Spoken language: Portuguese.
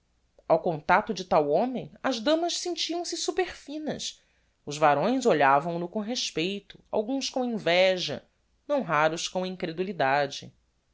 ao contacto de tal homem as damas sentiam-se superfinas os varões olhavam no com respeito alguns com inveja não raros com incredulidade